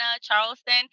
Charleston